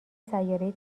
سیارهای